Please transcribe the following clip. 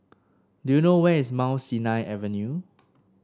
do you know where is Mount Sinai Avenue